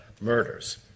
murders